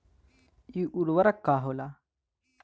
इ उर्वरक का होला?